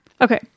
Okay